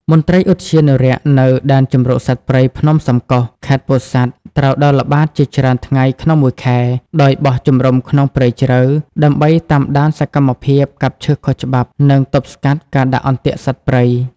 មន្ត្រីឧទ្យានុរក្សនៅ ដែនជម្រកសត្វព្រៃភ្នំសំកុស ខេត្តពោធិ៍សាត់ ត្រូវដើរល្បាតជាច្រើនថ្ងៃក្នុងមួយខែ ដោយបោះជំរំក្នុងព្រៃជ្រៅ ដើម្បីតាមដានសកម្មភាពកាប់ឈើខុសច្បាប់ និងទប់ស្កាត់ការដាក់អន្ទាក់សត្វព្រៃ។